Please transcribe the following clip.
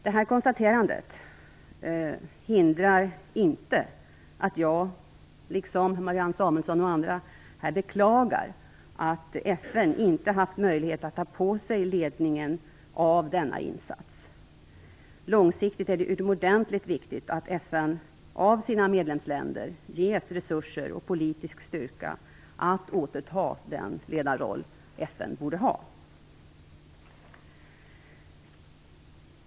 Detta konstaterande hindrar inte att jag, liksom Marianne Samuelsson och andra, beklagar att FN inte har haft möjlighet att ta på sig ledningen av denna insats. Långsiktigt är det utomordentligt viktigt att FN av sina medlemsländer ges resurser och politisk styrka att återta den ledarroll organisationen borde ha.